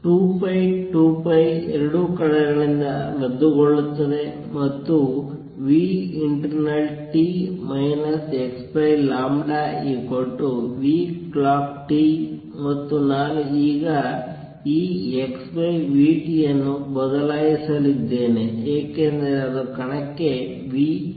2π 2π 2 ಕಡೆಗಳಿಂದ ರದ್ದುಗೊಳ್ಳುತ್ತದೆ ಮತ್ತು internalt xclockt ಮತ್ತು ನಾನು ಈಗ ಈ x v t ಅನ್ನು ಬದಲಾಯಿಸಲಿದ್ದೇನೆ ಏಕೆಂದರೆ ಅದು ಕಣಕ್ಕೆ v ಆಗಿದೆ